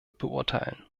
beurteilen